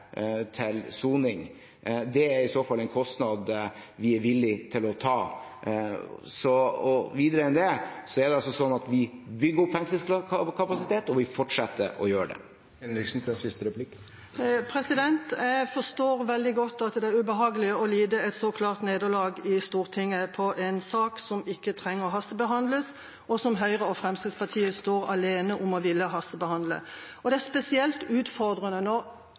til soning. Det er i så fall en kostnad vi er villig til å ta. Videre er det altså sånn at vi har bygd opp fengselskapasitet, og vi forsetter å gjøre det. Jeg forstår veldig godt at det er ubehagelig å lide et så klart nederlag i Stortinget i en sak som ikke trenger å hastebehandles, og som Høyre og Fremskrittspartiet står alene om å ville hastebehandle. Det er spesielt utfordrende